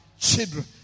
children